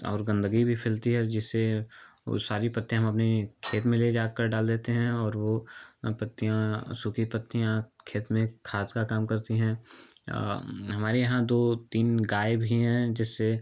और गंदगी भी फैलती है और जिससे वे सारी पत्तियाँ हम अपनी खेत में ले जाकर डाल देते हैं और वे पत्तियाँ सूखी पत्तियाँ खेत में खाद का काम करती हैं हमारे यहाँ दो तीन गाय भी हैं जिससे